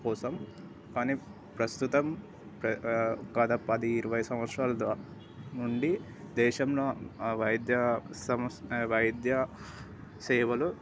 కోసం కాని ప్రస్తుతం గత పది ఇరవై సంవత్సరాల నుండి దేశంలో వైద్య సమస్య వైద్య సేవలు